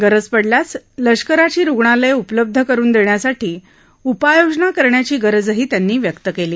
गरज पडल्यास लष्कराची रुग्णालये उपलब्ध करून देण्यासाठी उपाययोजना करण्याची गरजही त्यांनी व्यक्त केली